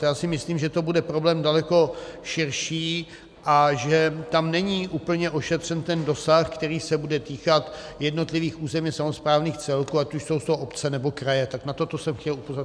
Já si myslím, že to bude problém daleko širší a že tam není úplně ošetřen ten dosah, který se bude týkat jednotlivých územně samosprávných celků, ať už jsou to obce, nebo kraje Tak na toto jsem chtěl upozornit.